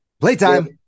Playtime